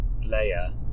layer